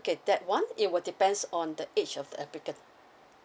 okay that one it will depends on the age of the applicant